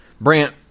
Brant